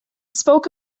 spoke